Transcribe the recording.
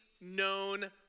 known